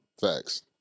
Facts